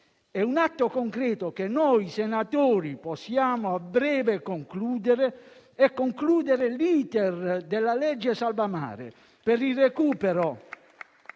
È un atto concreto che noi senatori possiamo a breve concludere e portare a termine l'*iter* della legge "salvamare" per il recupero